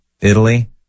Italy